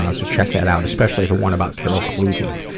ah so check that out, especially the one about carol cleveland,